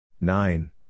Nine